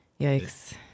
Yikes